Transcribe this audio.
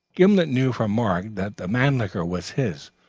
gimblet knew from mark that the mannlicher was his,